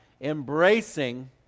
embracing